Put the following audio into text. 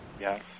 Yes